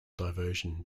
diversion